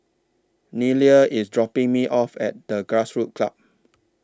Nelia IS dropping Me off At The Grassroots Club